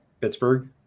Pittsburgh